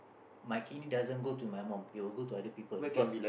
my kidney doesn't go to my mum it will go to other people because